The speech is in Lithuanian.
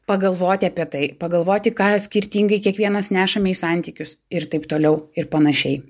pagalvoti apie tai pagalvoti ką skirtingai kiekvienas nešame į santykius ir taip toliau ir panašiai